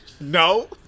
No